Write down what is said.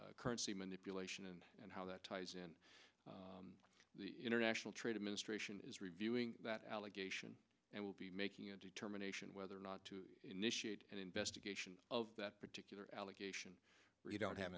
in currency manipulation and and how that ties in the international trade administration is reviewing that allegation and will be making a determination whether or not to initiate an investigation of that particular allegation you don't have